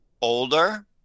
older